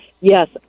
Yes